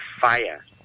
fire